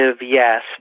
yes